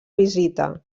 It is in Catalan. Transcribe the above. visita